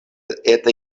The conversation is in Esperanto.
eta